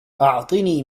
أعطني